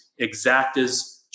exactas